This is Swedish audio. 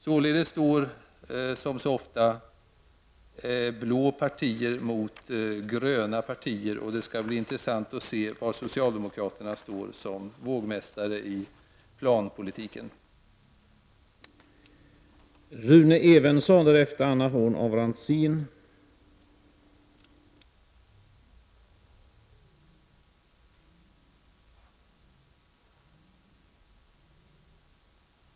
Således står, som så ofta, blå partier mot gröna partier, och det skall bli intressant att se var socialdemokraterna som vågmästare i planpolitiken står.